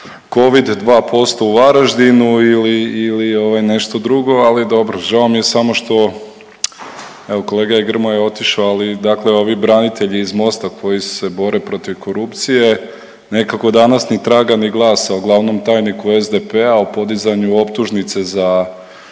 Covid 2% u Varaždinu ili, ili ovaj, nešto drugo, ali dobro, žao mi je samo što, evo kolega je Grmoja otišao, ali dakle ovi branitelji iz Mosta koji se bore protiv korupcije nekako danas ni traga ni glasa o glavnom tajniku SDP-a o podizanju optužnice za